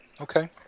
okay